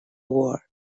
war